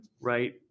right